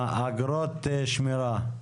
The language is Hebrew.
על אגרות השמירה?